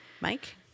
Mike